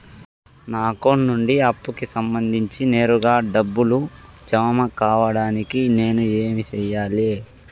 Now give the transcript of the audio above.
నా అకౌంట్ నుండి అప్పుకి సంబంధించి నేరుగా డబ్బులు జామ కావడానికి నేను ఏమి సెయ్యాలి?